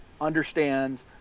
understands